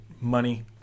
money